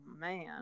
man